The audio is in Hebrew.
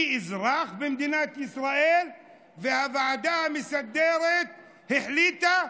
אני אזרח במדינת ישראל, והוועדה המסדרת החליטה: